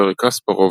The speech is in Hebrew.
גארי קספרוב,